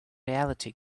reality